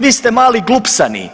Vi ste mali glupsani,